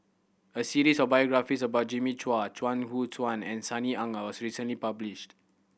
a series of biographies about Jimmy Chua Chuang Hu Tsuan and Sunny Ang was recently published